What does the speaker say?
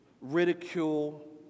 ridicule